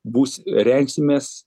būs rengsimės